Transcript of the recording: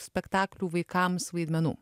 spektaklių vaikams vaidmenų